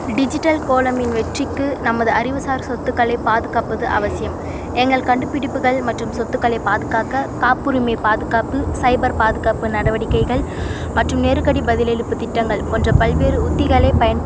digital கோலமின் வெற்றிக்கு நமது அறிவுசார் சொத்துக்களைப் பாதுகாப்பது அவசியம் எங்கள் கண்டுபிடிப்புகள் மற்றும் சொத்துக்களைப் பாதுகாக்க காப்புரிமை பாதுகாப்பு சைபர் பாதுகாப்பு நடவடிக்கைகள் மற்றும் நெருக்கடி பதிலளிப்பு திட்டங்கள் போன்ற பல்வேறு உத்திகளைப் பயன்